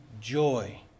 joy